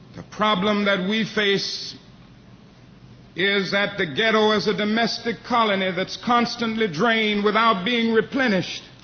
the problem that we face is that the ghetto is a domestic colony that's constantly drained without being replenished.